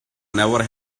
never